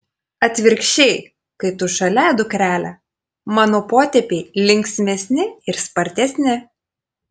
atvirkščiai kai tu šalia dukrele mano potėpiai linksmesni ir spartesni